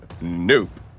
Nope